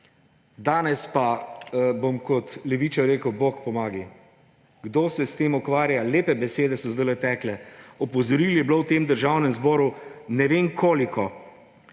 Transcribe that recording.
Danes pa bom kot levičar rekel: bog pomagaj! Kdo se s tem ukvarja, lepe besede so zdaj tekle, opozoril je bilo v Državnem zboru ne vem koliko.